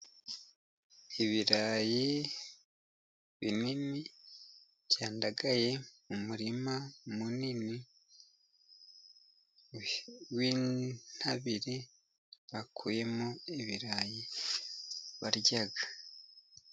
Ibirayi binini byandagaye muririma munini w'intabire bakuyemo ibirayi barya.